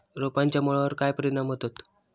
रोपांच्या मुळावर काय परिणाम होतत?